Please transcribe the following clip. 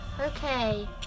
Okay